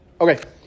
Okay